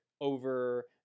over